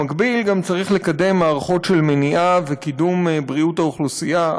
במקביל צריך גם לקדם מערכות של מניעה וקידום בריאות האוכלוסייה,